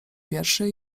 wierszy